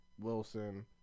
Wilson